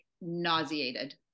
nauseated